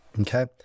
Okay